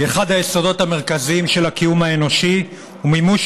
היא אחד היסודות המרכזיים של הקיום האנושי ומימוש